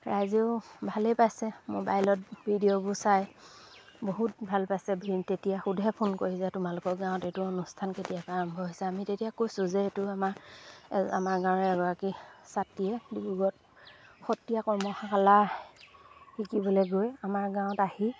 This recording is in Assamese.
ৰাইজেও ভালেই পাইছে মোবাইলত ভিডিঅ'বোৰ চাই বহুত ভাল পাইছে তেতিয়া সোধে ফোন কৰি যে তোমালোকৰ গাঁৱত এইটো অনুষ্ঠান কেতিয়াৰপৰা আৰম্ভ হৈছে আমি তেতিয়া কৈছোঁ যে এইটো আমাৰ আমাৰ গাঁৱৰ এগৰাকী ছাত্ৰীয়ে ডিব্ৰুগড়ত সত্ৰীয়া কৰ্মশালা শিকিবলৈ গৈ আমাৰ গাঁৱত আহি